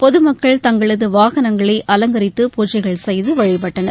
பொது மக்கள் தங்களது வானங்களை அலங்கரித்து பூஜைகள் செய்து வழிபட்டனர்